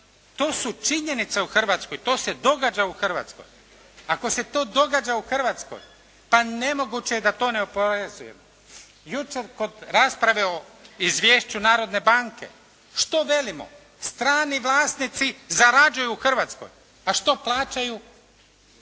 To su činjenice u Hrvatskoj, to se događa u Hrvatskoj. Ako se to događa u Hrvatskoj, pa nemoguće je da to ne oporezujemo. Jučer kod rasprave o Izvješću Narodne banke, što velimo. Strani vlasnici zarađuju u Hrvatskoj, a što plaćaju?